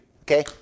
Okay